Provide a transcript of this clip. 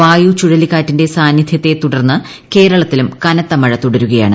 വായു ചുഴലിക്കാറ്റിന്റെ സാന്നിധ്യത്തെ തുടർന്ന് കേരളത്തിലും കനത്ത മഴ തുടരുകയാണ്